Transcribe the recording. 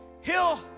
hill